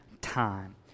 time